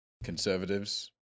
conservatives